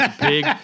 big